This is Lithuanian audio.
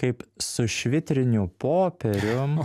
kaip su švitriniu popierium